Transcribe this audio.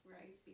right